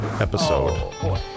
episode